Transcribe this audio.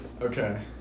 Okay